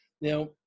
Now